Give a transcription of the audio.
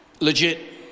legit